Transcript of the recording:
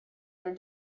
their